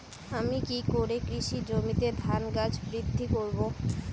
আমি কী করে কৃষি জমিতে ধান গাছ বৃদ্ধি করব?